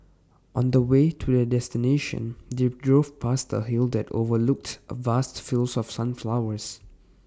on the way to their destination they drove past A hill that overlooked vast fields of sunflowers